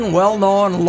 well-known